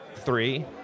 Three